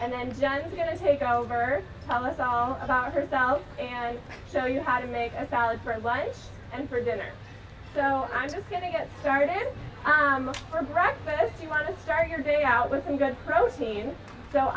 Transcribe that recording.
and then going to take over tell us all about herself and tell you how to make a salad for lunch and for dinner so i'm going to get started for breakfast you want to start your day out with some good protein so